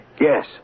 Yes